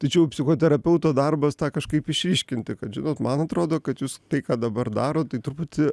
tai čia jau psichoterapeuto darbas tą kažkaip išryškinti kad žinot man atrodo kad jūs tai ką dabar darot tai truputį